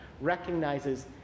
recognizes